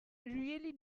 really